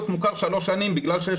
לקח לי להיות מוכר שלוש שנים בגלל שיש